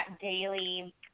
daily